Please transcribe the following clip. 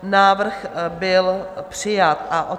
Návrh byl přijat.